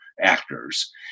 actors